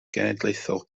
genedlaethol